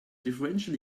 differential